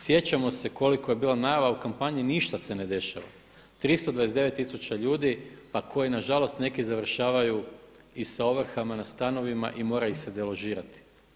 Sjećamo se koliko je bila najava u kampanji, ništa se ne dešava, 329 tisuća ljudi pa koji nažalost neki završavaju i sa ovrhama na stanovima i mora ih se deložirati.